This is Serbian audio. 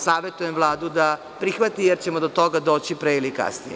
Savetujem Vladu da prihvati, jer ćemo do toga doći pre ili kasnije.